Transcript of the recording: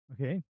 Okay